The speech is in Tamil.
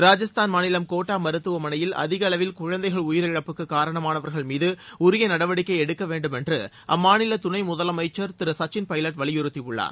ராஜஸ்தான் மாநிலம் கோட்டா மருத்துவமனையில் அதிகளவில் குழந்தைகள் உயிரிழப்புக்கு காரணமானவர்கள் மீது உரிய நடவடிக்கை எடுக்க வேண்டும் என்று அம்மாநில துணை முதலமைச்சர் திரு சக்சின் பைலட் வலியுறுத்தியுள்ளார்